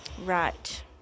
Right